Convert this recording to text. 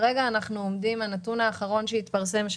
על פי נתון האחרון שהתפרסם,